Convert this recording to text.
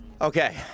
Okay